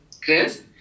Chris